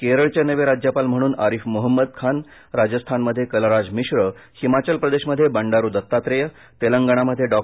केरळचे नवे राज्यपाल म्हणून आरिफ मोहम्मद खान राजस्थानमध्ये कलराज मिश्र हिमाचल प्रदेशमध्ये बंडारू दत्तात्रेय तेलंगणामध्ये डॉ